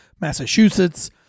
Massachusetts